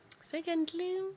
Secondly